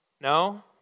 No